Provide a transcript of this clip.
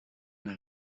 una